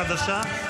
חדשה?